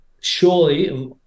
surely